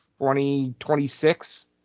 2026